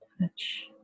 touch